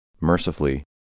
Mercifully